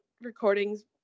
recordings